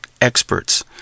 experts